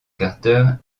carter